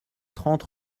trente